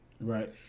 Right